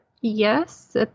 yes